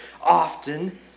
often